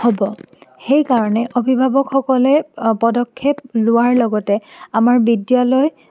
হ'ব সেইকাৰণে অভিভাৱকসকলে পদক্ষেপ লোৱাৰ লগতে আমাৰ বিদ্যালয়